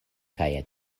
kaj